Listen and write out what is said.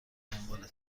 دنبالتون